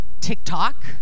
TikTok